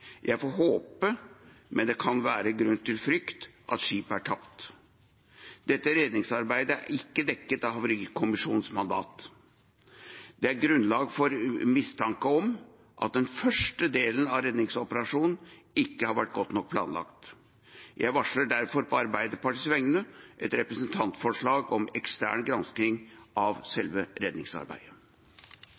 men det kan være grunn til å frykte at skipet er tapt. Dette redningsarbeidet er ikke dekket av Havarikommisjonens mandat. Det er grunnlag for mistanke om at den første delen av redningsoperasjonen ikke var godt nok planlagt. Jeg varsler derfor, på vegne av Arbeiderpartiet, at det kommer et representantforslag om en ekstern gransking av selve redningsarbeidet.